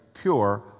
pure